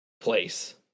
place